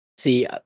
See